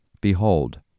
Behold